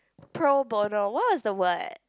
pro bono what was the word